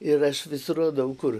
ir aš vis rodau kur